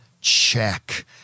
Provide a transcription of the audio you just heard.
check